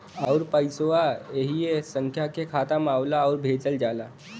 आउर पइसवा ऐही संख्या के खाता मे आवला आउर भेजल जाला